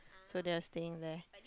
so they are staying there